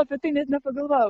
apie tai net nepagalvojau